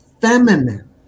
feminine